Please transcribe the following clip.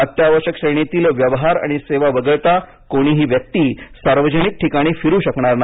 अत्यावश्यक श्रेणीतील व्यवहार आणि सेवा वगळता कोणीही व्यक्ती सार्वजनिक ठिकाणी फिरू शकणार नाही